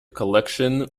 collection